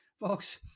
Folks